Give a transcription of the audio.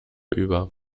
über